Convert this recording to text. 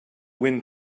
wind